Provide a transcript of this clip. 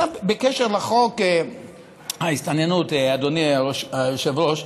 עכשיו בקשר לחוק ההסתננות, אדוני היושב-ראש.